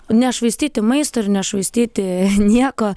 nešvaistyti maisto ir nešvaistyti nieko